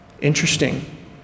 Interesting